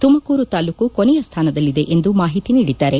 ತುಮಕೂರು ತಾಲ್ಲೂಕು ಕೊನೆಯ ಸ್ಥಾನದಲ್ಲಿದೆ ಎಂದು ಮಾಹಿತಿ ನೀಡಿದ್ದಾರೆ